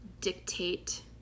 dictate